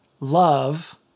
love